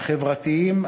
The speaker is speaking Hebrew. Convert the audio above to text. החברתיים,